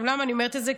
למה אני אומרת את זה?